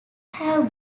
have